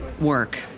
work